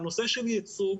הנושא של ייצוג